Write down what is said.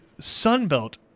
Sunbelt